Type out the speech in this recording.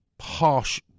harsh